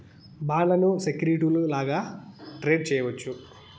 బాండ్లను సెక్యూరిటీలు లాగానే ట్రేడ్ చేయవచ్చు